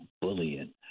bullying